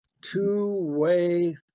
two-way